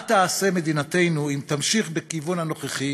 מה תעשה מדינתנו אם תמשיך בכיוון הנוכחי